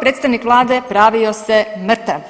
Predstavnik Vlade pravio se mrtav,